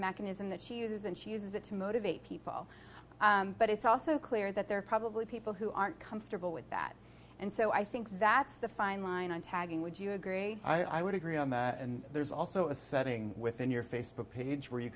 mechanism that she uses and she uses it to motivate people but it's also clear that there are probably people who aren't comfortable with that and so i think that's the fine line on tagging would you agree i would agree on that and there's also a setting within your facebook page where you